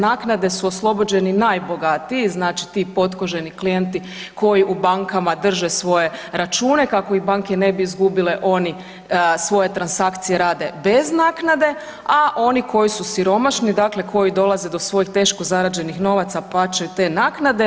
Naknade su oslobođeni najbogatiji znači ti potkoženi klijenti koji u bankama drže svoje račune kako ih banke ne bi izgubile oni svoje transakcije rade bez naknade, a oni koji su siromašni dakle koji dolaze do svojih teško zarađenih novaca plaćaju te naknade.